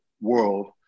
world